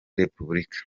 repubulika